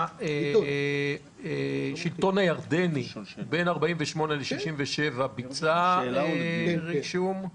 האם השלטון הירדני בין 1948 ל-1967 ביצע רישום?